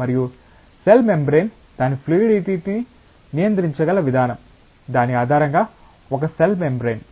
మరియు cell membrane దాని fluidity ని నియంత్రించగల విధానం దాని ఆధారంగా ఒక సెల్ మెంబ్రేన్